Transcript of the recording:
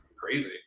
crazy